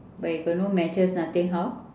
but you got no matches nothing how